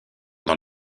dans